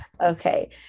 Okay